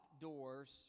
doors